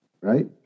right